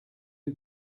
you